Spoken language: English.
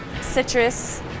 Citrus